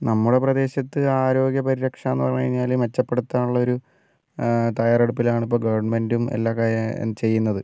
നമ്മളെ പ്രദേശത്ത് ആരോഗ്യ പരിരക്ഷ എന്നു പറഞ്ഞുകഴിഞ്ഞാൽ മെച്ചപ്പെടുത്താനുള്ളൊരു തയ്യാറെടുപ്പിലാണ് ഇപ്പം ഗവൺമെൻറ്റും എല്ലാ കാര്യം ചെയ്യുന്നത്